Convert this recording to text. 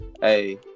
hey